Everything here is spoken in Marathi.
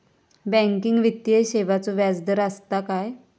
बँकिंग वित्तीय सेवाचो व्याजदर असता काय?